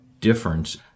difference